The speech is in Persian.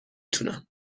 تونم